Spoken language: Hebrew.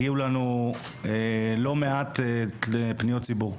הגיעו אלינו לא מעט פניות ציבור.